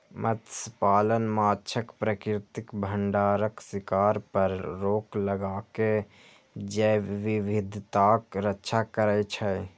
मत्स्यपालन माछक प्राकृतिक भंडारक शिकार पर रोक लगाके जैव विविधताक रक्षा करै छै